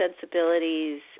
sensibilities